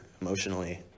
emotionally